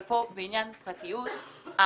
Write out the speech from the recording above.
אבל פה בעניין פרטיות,